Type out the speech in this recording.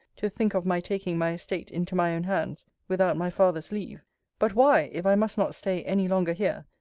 to think of my taking my estate into my own hands, without my father's leave but why, if i must not stay any longer here,